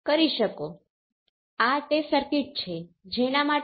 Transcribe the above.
તેથી આપણે જે સર્કિટ જે y12 અને y21 છે તે એકબીજાની સમાન છે